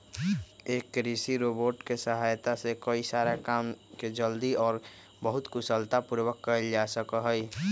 एक कृषि रोबोट के सहायता से कई सारा काम के जल्दी और बहुत कुशलता पूर्वक कइल जा सका हई